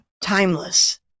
timeless